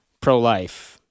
pro-life